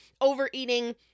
overeating